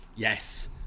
Yes